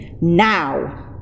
now